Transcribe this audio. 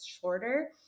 shorter